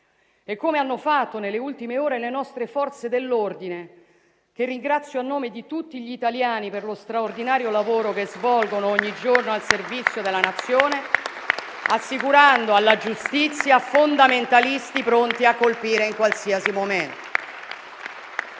e come hanno fatto nelle ultime ore le nostre Forze dell'ordine, che ringrazio a nome di tutti gli italiani per lo straordinario lavoro che svolgono ogni giorno al servizio della Nazione, assicurando alla giustizia fondamentalisti pronti a colpire in qualsiasi momento.